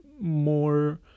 more